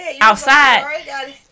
outside